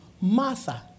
Martha